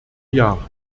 jahre